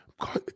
God